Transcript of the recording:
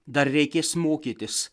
dar reikės mokytis